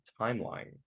timeline